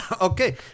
Okay